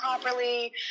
properly